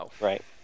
Right